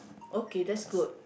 okay that's good